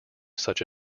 such